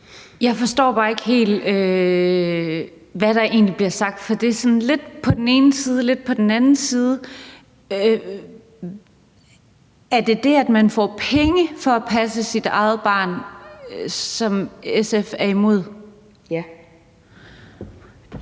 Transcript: Jeg forstår bare ikke helt, hvad der egentlig bliver sagt, for det er sådan lidt på den ene side, lidt på den anden side. Er det det, at man får penge for at passe sit eget barn, som SF er imod? Kl.